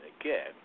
Again